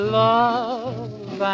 love